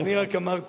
אני רק אמרתי: